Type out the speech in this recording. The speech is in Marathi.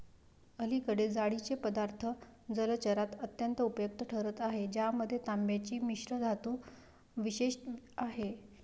अलीकडे जाळीचे पदार्थ जलचरात अत्यंत उपयुक्त ठरत आहेत ज्यामध्ये तांब्याची मिश्रधातू विशेष आहे